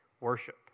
worship